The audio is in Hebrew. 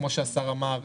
כמו שהשר אמר,